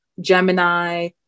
Gemini